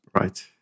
Right